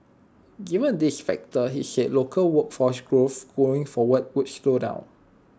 given these factors he said local workforce growth going forward would slow down